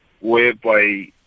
whereby